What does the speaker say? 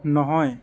নহয়